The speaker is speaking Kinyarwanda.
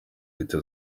leta